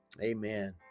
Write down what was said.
Amen